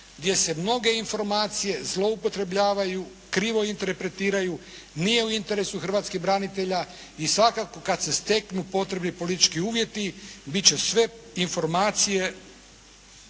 gdje se mnoge informacije zloupotrebljavaju, krivo interpretiraju nije u interesu hrvatskih branitelja i svakako kad se steknu potrebni politički uvjeti bit će sve informacije